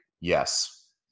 yes